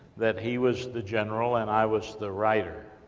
that he was the general, and i was the writer,